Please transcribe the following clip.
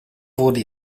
wurde